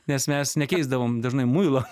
nes mes nekeisdavom dažnai muilo